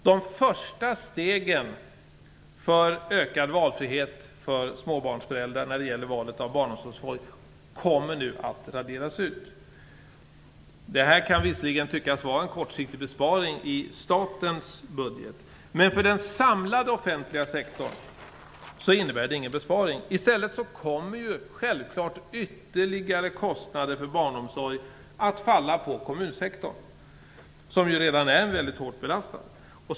De första stegen mot en ökad valfrihet för småbarnsföräldrar när det gäller valet av barnomsorgsform kommer nu att raderas ut. Det här kan visserligen tyckas vara en kortsiktig besparing i statens budget, men för den samlade offentliga sektorn innebär det ingen besparing. I stället kommer självfallet ytterligare kostnader för barnomsorg att falla på kommunsektorn, som redan är hårt belastad.